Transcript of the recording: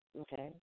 okay